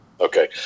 Okay